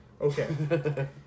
Okay